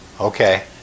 okay